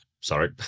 sorry